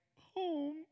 home